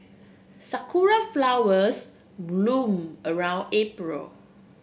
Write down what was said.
sakura flowers bloom around April